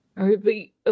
Okay